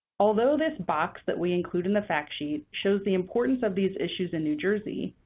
although this box that we include in the fact sheet shows the importance of these issues in new jersey,